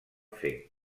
fer